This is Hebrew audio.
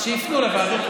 אז שיפנו לוועדות.